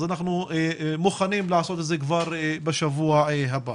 אז אנחנו מוכנים לקיים ישיבה כבר בשבוע הבא.